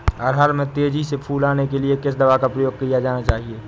अरहर में तेजी से फूल आने के लिए किस दवा का प्रयोग किया जाना चाहिए?